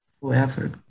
whoever